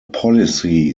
policy